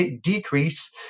decrease